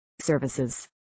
services